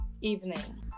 evening